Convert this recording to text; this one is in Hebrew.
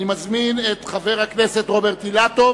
אני מזמין את חבר הכנסת רוברט אילטוב.